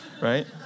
right